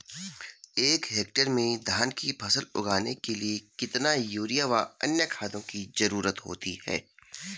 एक हेक्टेयर में धान की फसल उगाने के लिए कितना यूरिया व अन्य खाद की जरूरत होती है?